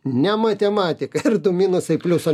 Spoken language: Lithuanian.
ne matematika ir du minusai pliuso